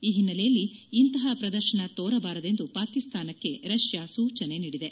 ಈ ಹಿನ್ನೆಲೆಯಲ್ಲಿ ಇಂತಹ ಪ್ರದರ್ಶನ ತೋರಬಾರದೆಂದು ಪಾಕಿಸ್ತಾನಕ್ಕೆ ರಷ್ನಾ ಸೂಚನೆ ನೀಡಿದೆ